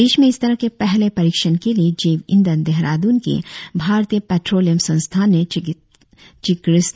देश में इस तरह के पहले परीक्षण के लिए जैव ईंधन देहरादून के भारतीय पैट्रोलियम संस्थान ने चिकसित किया है